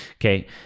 Okay